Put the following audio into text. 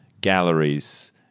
galleries